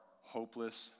hopeless